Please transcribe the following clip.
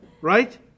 right